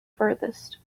furthest